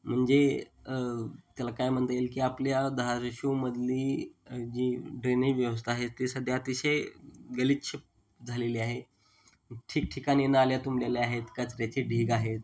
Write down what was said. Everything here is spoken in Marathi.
म्हणजे त्याला काय म्हणता येईल की आपल्या धाराशिवमधली जी ड्रेनेज व्यवस्था आहे ते सध्या अतिशय गलिच्छ झालेली आहे ठिकठिकाणी नाल्या तुंबलेल्या आहेत कचऱ्याचे ढीग आहेत